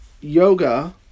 Yoga